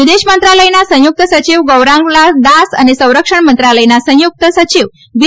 વિદેશમંત્રાલયના સંયુક્ત સચિવ ગૌરાંગલાલ દાસ અને સંરક્ષણ મંત્રાલયના સંયુક્ત સચિવ વી